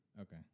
Okay